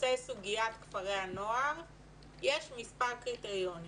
נושא סוגיית כפרי הנוער יש מספר קריטריונים.